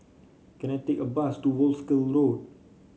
can I take a bus to Wolskel Road